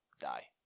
die